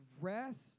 rest